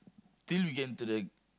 till we get into the